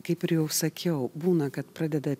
kaip ir jau sakiau būna kad pradeda